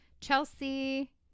chelsea